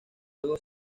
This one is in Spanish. juego